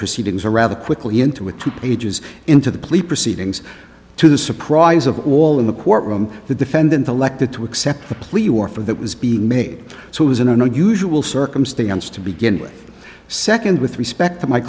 proceedings or rather quickly into a two pages into the plea proceedings to the surprise of all in the courtroom the defendant elected to accept the plea or for that was being made so it was an unusual circumstance to begin with second with respect